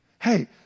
Hey